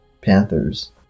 panthers